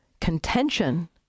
contention